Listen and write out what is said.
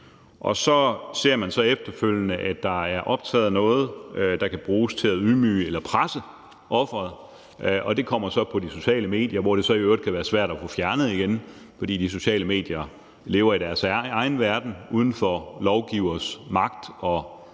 og så ser man efterfølgende, at der er optaget noget, der kan bruges til at ydmyge eller presse offeret. Det kommer så på de sociale medier, hvor det så i øvrigt kan være svært at få det fjernet igen, fordi de sociale medier lever i deres egen verden uden for lovgiveres magt og